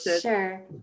sure